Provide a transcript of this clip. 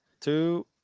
two